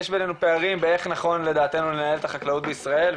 יש בינינו פערים באיך נכון לדעתנו לנהל את החקלאות בישראל,